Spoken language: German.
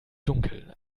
dunkel